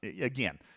Again